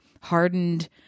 hardened